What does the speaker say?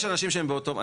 יש אנשים שהם באותו מצב.